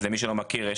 אז למי שלא מכיר,